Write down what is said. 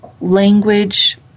language